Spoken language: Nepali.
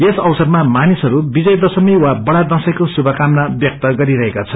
यस अवसरमा मानिसहरू विजय दशमी वा बड़ा दशैंको शुभकामना व्यक्त गरिरहेका छन्